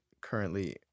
currently